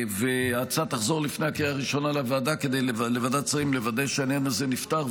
ההצעה תחזור לפני הקריאה הראשונה לוועדת שרים לוודא שהעניין הזה נפתר,